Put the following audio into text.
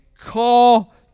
call